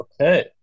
Okay